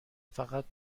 فقط